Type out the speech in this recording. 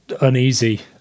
uneasy